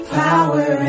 power